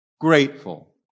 grateful